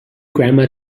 grandma